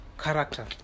character